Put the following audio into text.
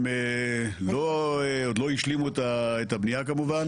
הם עוד לא השלימו את הבנייה כמובן.